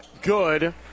good